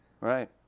Right